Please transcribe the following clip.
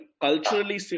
culturally